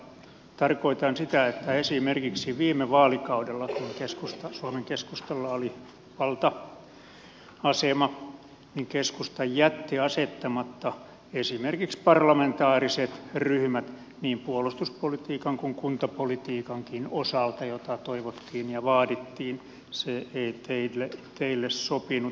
tarkoitan sitä että esimerkiksi viime vaalikaudella kun suomen keskustalla oli valta asema niin keskusta jätti asettamatta esimerkiksi parlamentaariset ryhmät niin puolustuspolitiikan kuin kuntapolitiikankin osalta jota toivottiin ja vaadittiin se ei teille sopinut